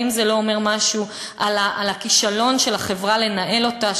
האם זה לא אומר משהו על הכישלון של החברה לנהל אותה?